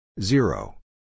Zero